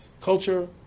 culture